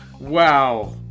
wow